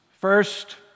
First